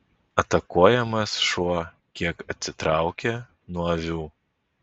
atakuojamas šuo kiek atsitraukė nuo avių